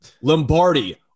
Lombardi